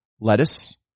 lettuce